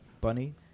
Bunny